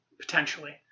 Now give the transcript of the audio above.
potentially